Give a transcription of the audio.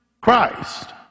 Christ